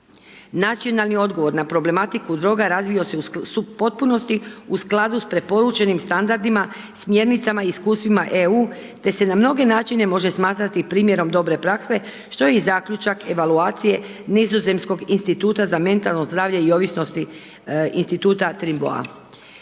Nacionalni odgovor na problematiku droga razvio se u potpunosti u skladu s preporučenim standardima, smjernicama, iskustvima EU. Te se na mnoge načine može smatrati primjerom dobre prakse što je i zaključak evaluacije Nizozemskog instituta za mentalno zdravlje i ovisnosti instituta Trimboa.